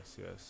yes